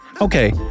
Okay